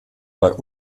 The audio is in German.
bei